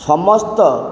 ସମସ୍ତ